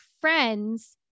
friends